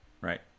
Right